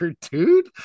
dude